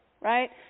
right